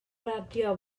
radio